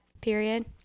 period